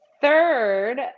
third